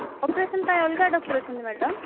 operation ପାଇଁ ଅଲଗା doctor ଅଛନ୍ତି ମ୍ୟାଡ଼ାମ୍